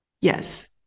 Yes